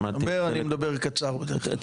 דבר, אני מדבר קצר בדרך כלל.